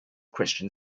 christian